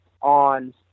on